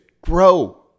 grow